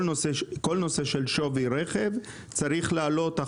לגבי כל הנושא של שווי רכב צריך להעלות את